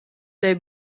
dai